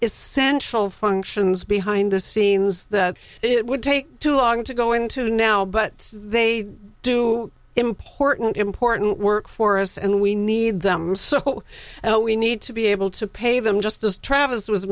essential functions behind the scenes that it would take too long to go into now but they do important important work for us and we need them so we need to be able to pay them just as travis was